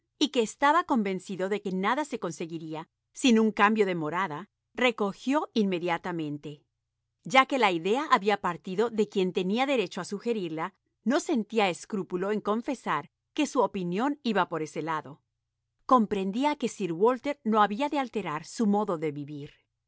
y que estaba convencido de que nada se conseguiría sin un cambio de morada recogió inmediatamente ya que la idea había partido de quien tenía derecho a sugerirla no sentía escrúpulo en confesar que su opinión iba por ese lado comprendía que sir walter no había de alterar su modo de vivir